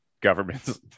governments